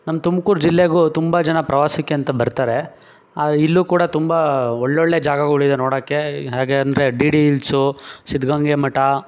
ನಮ್ಮ ತುಮ್ಕೂರು ಜಿಲ್ಲೆಗೂ ತುಂಬ ಜನ ಪ್ರವಾಸಕ್ಕೆ ಅಂತ ಬರ್ತಾರೆ ಆದ್ರೆ ಇಲ್ಲೂ ಕೂಡ ತುಂಬ ಒಳ್ಳೊಳ್ಳೆ ಜಾಗಗಳು ಇದೆ ನೋಡೋಕ್ಕೆ ಹೇಗೆ ಅಂದರೆ ಡಿ ಡಿ ಹಿಲ್ಸು ಸಿದ್ಗಂಗಾ ಮಠ